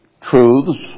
Truths